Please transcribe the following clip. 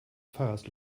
pfarrers